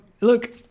Look